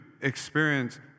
experience